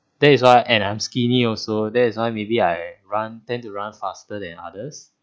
that is why and I'm skinny also that's why maybe I run tend to run faster than others